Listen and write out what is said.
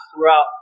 throughout